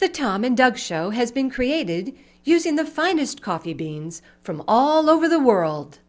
the tom and doug show has been created using the finest coffee beans from all over the world